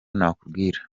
nakubwira